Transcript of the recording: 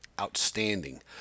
outstanding